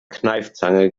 kneifzange